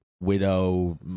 Widow